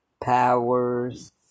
powers